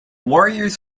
warriors